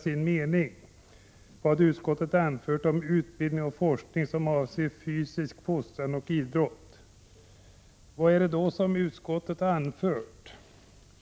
Det gäller vad utskottet har anfört om utbildning och forskning som avser fysisk fostran och idrott. Vad har då utskottet anfört?